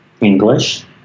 English